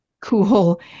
cool